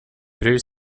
bryr